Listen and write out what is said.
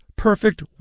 perfect